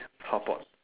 hotpot